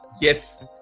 yes